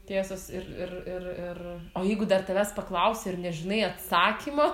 tiesos ir ir ir ir o jeigu dar tavęs paklausia ir nežinai atsakymo